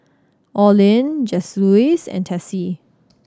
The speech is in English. Orlin Joseluis and Tessie